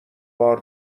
بار